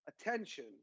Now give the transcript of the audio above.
attention